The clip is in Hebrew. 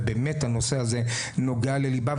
ובאמת הנושא הזה נוגע לליבה.